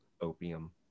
opium